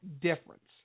difference